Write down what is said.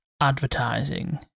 advertising